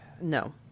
no